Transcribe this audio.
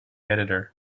editor